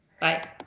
bye